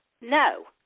No